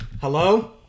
Hello